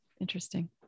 interesting